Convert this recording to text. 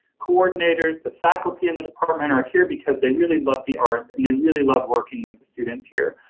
coordinators, the faculty and the department are here because they really love the arts and then really love working with the students here.